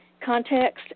context